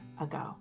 ago